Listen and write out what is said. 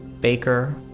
Baker